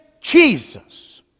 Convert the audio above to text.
Jesus